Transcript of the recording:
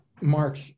Mark